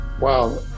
Wow